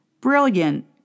Brilliant